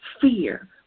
fear